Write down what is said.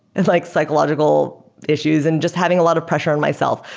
and like psychological issues and just having a lot of pressure in myself.